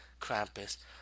Krampus